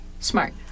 Smart